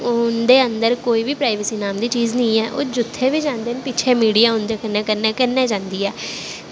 उंदे अन्दर कोई बी प्राइवेसी नांऽ दी चीज़ नेंई ऐ ओह् जित्थै बी जंदे न मीडिया उंदे पिच्छें कन्नै कन्नै जंदी ऐ